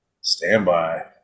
Standby